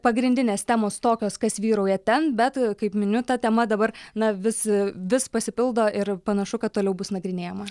pagrindinės temos tokios kas vyrauja ten bet kaip miniu ta tema dabar na vis vis pasipildo ir panašu kad toliau bus nagrinėjama